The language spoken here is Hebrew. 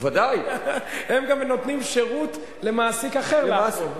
הם גם נותנים שירות למעסיק אחר לעקוב.